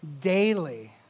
daily